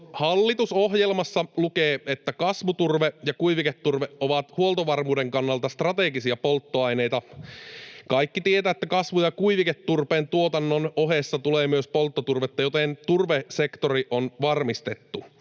hallitusohjelmassa lukee, että kasvuturve ja kuiviketurve ovat huoltovarmuuden kannalta strategisia polttoaineita. Kaikki tietävät, että kasvu- ja kuiviketurpeen tuotannon ohessa tulee myös polttoturvetta, joten turvesektori on varmistettu.